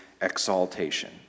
exaltation